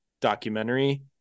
documentary